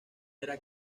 era